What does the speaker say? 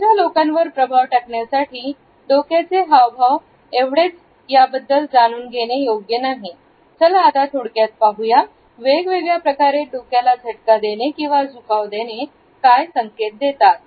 दुसऱ्या लोकांवर प्रभाव टाकण्यासाठी डोक्याचे हावभाव एवढेच याबद्दल जाणून घेणे योग्य नाही चला आता थोडक्यात पाहू या वेगवेगळ्या प्रकारे डोक्याला झटका देणे किंवा झुकाव देणे काय संकेत देतात